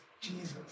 Jesus